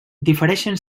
difereixen